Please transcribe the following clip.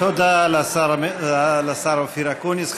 תודה לשר אופיר אקוניס.